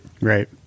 Right